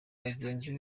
bagenzi